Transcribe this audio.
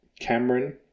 Cameron